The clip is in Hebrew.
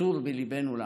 נצור בליבנו לעד.